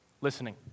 Listening